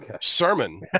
Sermon